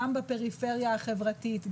גם בפריפריה החברתית,